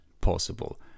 possible